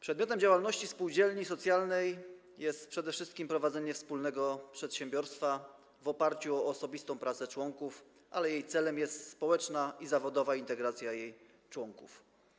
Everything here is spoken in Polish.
Przedmiotem działalności spółdzielni socjalnej jest przede wszystkim prowadzenie wspólnego przedsiębiorstwa w oparciu o osobistą pracę członków, a jej celem jest społeczna i zawodowa integracja jej członków.